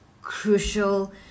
crucial